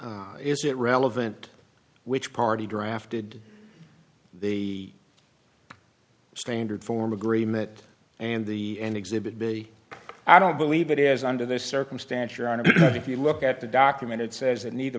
it is it relevant which party drafted the standard form agreement and the end exhibit b i don't believe it is under this circumstance your honor if you look at the document it says that neither